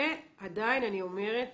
ועדיין אני אומרת